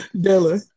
Della